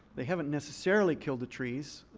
they haven't necessarily killed the trees.